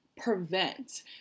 prevent